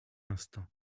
instant